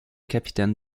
capitaines